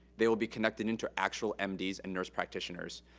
they will be connected into actual m d s and nurse practitioners.